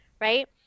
Right